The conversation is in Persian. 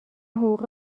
حقوق